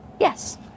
yes